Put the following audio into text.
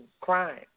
crime